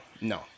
no